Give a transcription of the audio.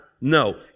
No